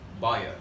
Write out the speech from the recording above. buyer